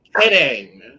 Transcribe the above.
kidding